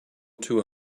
too